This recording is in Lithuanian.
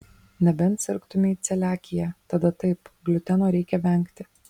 nebent sirgtumei celiakija tada taip gliuteno reikia vengti